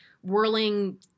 whirling